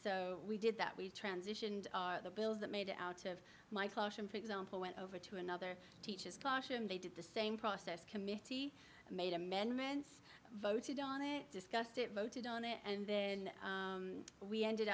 so we did that we transitioned our the bills that made it out of my question for example went over to another teacher's classroom they did the same process committee made amendments voted on it discussed it voted on it and then we ended